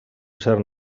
cert